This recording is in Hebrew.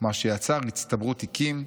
מה שיצר הצטברות תיקים,